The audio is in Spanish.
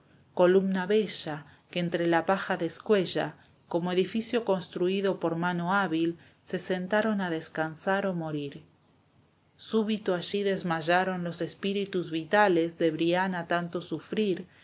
columna bella que entre la paja descuella como edificio construido por mano hábil se sentaron a descansar o morir súbito allí desmayaron los espíritus vitales de brian a tanto sufrir